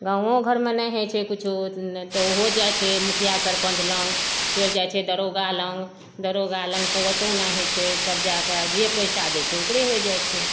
गाँवो घरमे नहि होइ छै किछो तऽ ओहो जाइ छै मुखिया सरपञ्च लग फेर जाइ छै दरोगा लग दरोगा लग सँ ओतौ नहि होइ छै तब जाए के जे पैसा दै छै ओकरे होइ जाइ छै